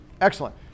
Excellent